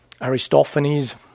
Aristophanes